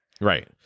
Right